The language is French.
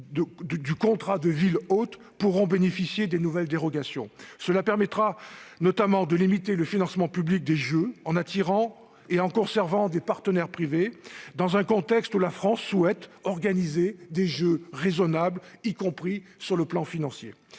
du contrat de ville hôte, pourront bénéficier des nouvelles dérogations. Cela permettra notamment de limiter le financement public des Jeux en attirant et en conservant des partenaires privés, dans un contexte où la France souhaite organiser des Jeux raisonnables, y compris d'un point de vue financier.